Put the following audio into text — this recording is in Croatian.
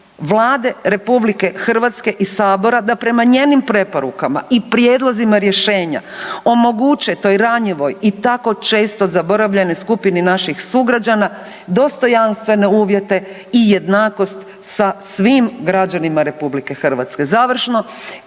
Vlade RH i sabora da prema njenim preporukama i prijedlozima rješenja omoguće toj ranjivoj i tako često zaboravljanoj skupini naših sugrađana dostojanstvene uvjete i jednakost sa svim građanima RH. Završno,